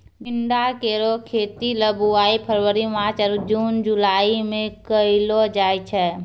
टिंडा केरो खेती ल बुआई फरवरी मार्च आरु जून जुलाई में कयलो जाय छै